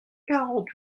quarante